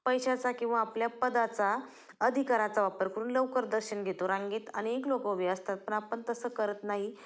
पैशाचा किंवा आपल्या पदाचा अधिकाराचा वापर करून लवकर दर्शन घेतो रांगेत अनेक लोकं उभी असतात पण आपण तसं करत नाही